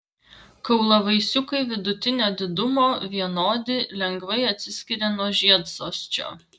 kaulavaisiukai vidutinio didumo vienodi lengvai atsiskiria nuo žiedsosčio